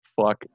fuck